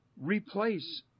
replace